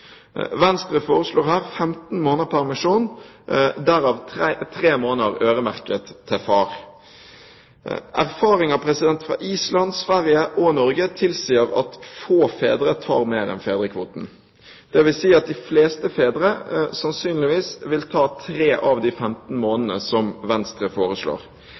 Venstre foreslår 15 måneder permisjon, derav tre måneder øremerket far. Erfaringer fra Island, Sverige og Norge tilsier at få fedre tar ut mer enn fedrekvoten, dvs. at de fleste fedre sannsynligvis vil ta tre av de 15 månedene som Venstre foreslår.